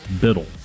Biddle